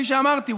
כפי שאמרתי,